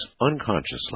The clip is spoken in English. unconsciously